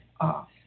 off